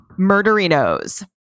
Murderinos